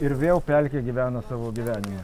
ir vėl pelkė gyvena savo gyvenimą